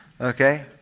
Okay